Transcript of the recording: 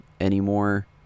anymore